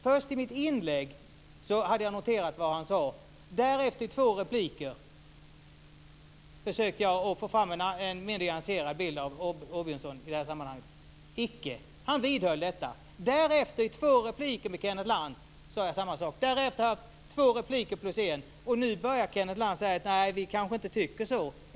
Först i mitt inlägg hade jag noterat vad han sade, därefter försökte jag i två repliker att få fram en mer nyanserad bild av Åbjörnsson i det här sammanhanget. Icke, han vidhöll detta. Efter två repliker med Kenneth Lantz är det samma sak. Nu börjar Kenneth Lantz säga: Nej, vi kanske inte tycker så.